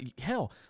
hell